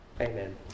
Amen